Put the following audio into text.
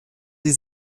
sie